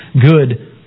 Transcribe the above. good